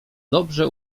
dobrze